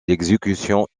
l’exécution